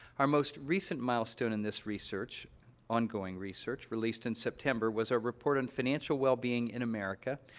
our most recent milestone in this research ongoing research, released in september, was our report on financial wellbeing in america,